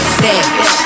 savage